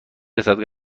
رسد